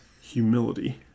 humility